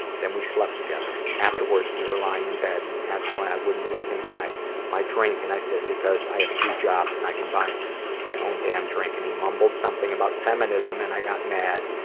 then we slept together. afterwards we were lying in bed and he asked why i wouldn't let him buy my drink and i said because i have two jobs and i can buy my own damn drink. and he mumbled something about feminism, and i got mad,